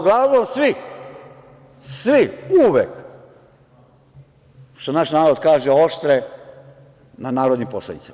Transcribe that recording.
Uglavnom svi, svi, uvek, što naš narod kaže, oštre na narodnim poslanicima.